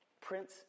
Prince